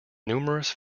numerous